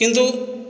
କିନ୍ତୁ